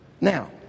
Now